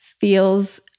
feels